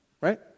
Right